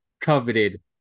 coveted